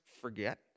forget